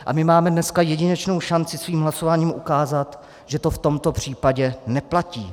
A my máme dneska jedinečnou šanci svým hlasováním ukázat, že to v tomto případě neplatí.